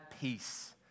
peace